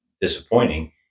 disappointing